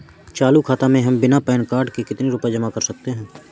चालू खाता में हम बिना पैन कार्ड के कितनी रूपए जमा कर सकते हैं?